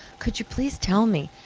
could you please tell me,